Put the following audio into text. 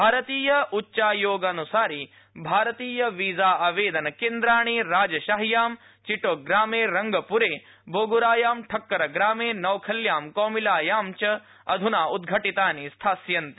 भारतीय उच्चायोग अनुसारि भारतीय वीजा आवेदन केन्द्राणि राजशाहयां चिटोप्रामे रंगपूरे बोग्रायां ठक्करप्रामे नौखल्यां कौमिल्यां च अध्ना उद्घटितानि स्थास्यन्ति